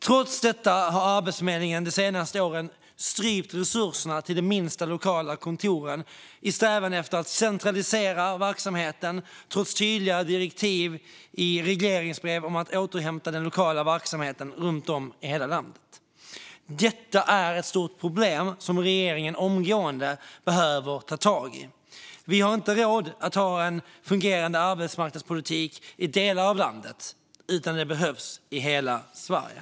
Trots detta har Arbetsförmedlingen de senaste åren strypt resurserna till de minsta lokala kontoren i en strävan efter att centralisera verksamheten, trots tydliga direktiv i regleringsbrev om att återupprätta den lokala verksamheten runt om i hela landet. Detta är ett stort problem som regeringen omgående behöver ta tag i. Vi har inte råd att ha en fungerande arbetsmarknadspolitik endast i delar av landet, utan den behövs i hela Sverige.